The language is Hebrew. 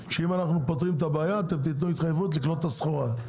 שאם אנחנו פותרים את הבעיה אתם תיתנו התחייבות לקלוט את הסחורה.